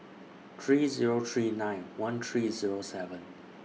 three Zero three nine one three Zero seven